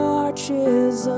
arches